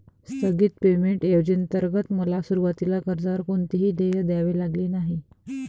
स्थगित पेमेंट योजनेंतर्गत मला सुरुवातीला कर्जावर कोणतेही देय द्यावे लागले नाही